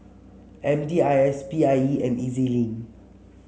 M D I S P I E and E Z Link